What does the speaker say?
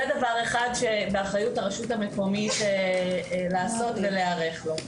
זה דבר אחד שבאחריות הרשות המקומית לעשות ולהיערך לו.